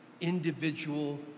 individual